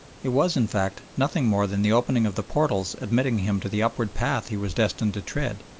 it was, in fact, nothing more than the opening of the portals admitting him to the upward path he was destined to tread,